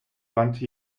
wandte